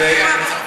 באנגליה?